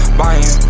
buying